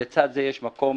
לצד זה יש מקום